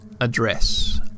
address